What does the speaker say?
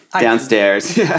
downstairs